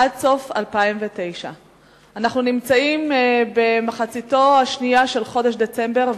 עד סוף 2009. אנחנו במחצית השנייה של חודש דצמבר,